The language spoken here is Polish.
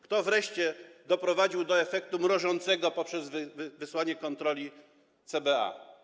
Kto wreszcie doprowadził do efektu mrożącego poprzez wysłanie kontroli CBA?